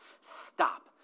Stop